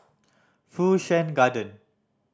Fu Shan Garden